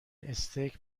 استیک